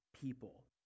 people